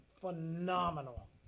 Phenomenal